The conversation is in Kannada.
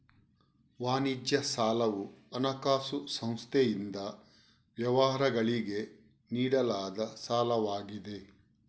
ವಾಣಿಜ್ಯ ಸಾಲವು ಹಣಕಾಸು ಸಂಸ್ಥೆಯಿಂದ ವ್ಯವಹಾರಗಳಿಗೆ ನೀಡಲಾದ ಸಾಲವಾಗಿದೆ